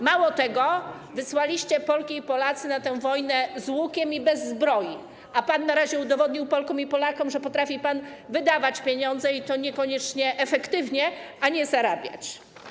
Mało tego, wysłaliście Polki i Polaków na tę wojnę z łukiem i bez zbroi, a pan na razie udowodnił Polkom i Polakom, że potrafi pan wydawać pieniądze, i to niekoniecznie efektywnie, a nie zarabiać.